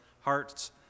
hearts